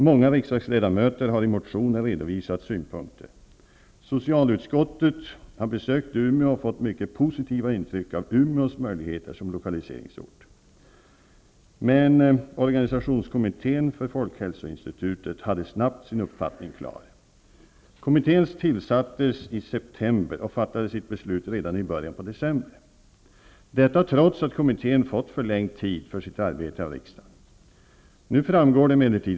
Många riksdagsledamöter har i motioner redovisat synpunkter. Socialutskottet har besökt Umeå och fått mycket positiva intryck när det gäller Umeås möjligheter som lokaliseringsort. Men organisationskommittén för folkhälsoinstitutet hade snabbt en uppfattning. Kommittén tillsattes i september, och beslut fattades redan i början av december -- trots att kommittén av riksdagen beviljats förlängd tid för sitt arbete.